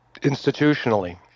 institutionally